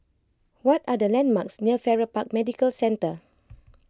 what are the landmarks near Farrer Park Medical Centre